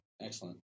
Excellent